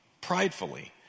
pridefully